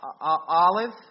Olive